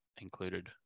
included